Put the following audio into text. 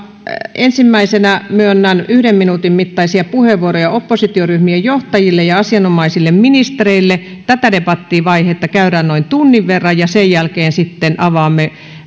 ensimmäisenä myönnän yhden minuutin mittaisia puheenvuoroja oppositioryhmien johtajille ja asianomaisille ministereille tätä debattivaihetta käydään noin tunnin verran ja sen jälkeen sitten avaamme